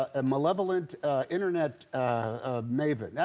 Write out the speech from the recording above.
a malevolent internet maven. yeah